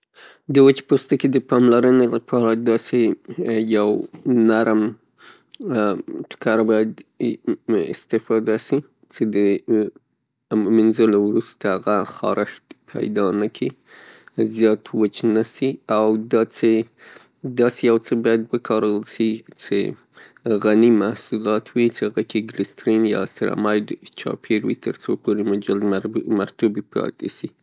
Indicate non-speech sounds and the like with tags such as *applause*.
د وچ پوستکي د پاملرنې د باره داسې یو نرم ټوکر باید، *hesitation* استفاده سي څې د مینځلو وروسته هغه خارښت پیدا نکي. زیات وچ نسي. او دا څې داسې یو څه وکارول سي څې غني محصولات وي څې هغه ګرېسترین یا سوراماید چاپیر وي تر څو مو جلد مر، مرطوب پاتې سي.